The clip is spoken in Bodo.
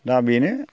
दा बेनो